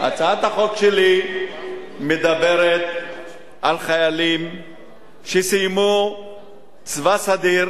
הצעת החוק שלי מדברת על חיילים שסיימו צבא סדיר